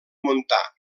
montà